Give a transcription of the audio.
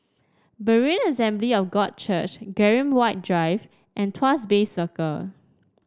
Berean Assembly of God Church Graham White Drive and Tuas Bay Circle